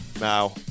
Now